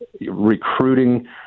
recruiting